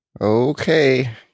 Okay